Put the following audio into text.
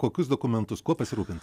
kokius dokumentus kuo pasirūpint